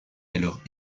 alors